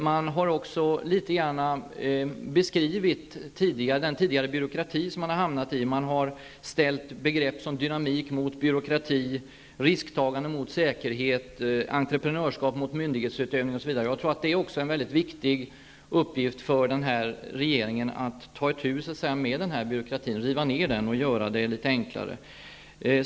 Man har också beskrivit den tidigare byråkratin, och man har ställt begrepp som dynamik mot byråkrati, risktagande mot säkerhet, entreprenörskap mot myndighetsutövning, osv. Det är också en mycket viktig uppgift för regeringen att ta itu med denna byråkrati, att riva ned den och göra det hela litet enklare.